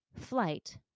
flight